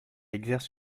exerce